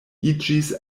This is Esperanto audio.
iĝis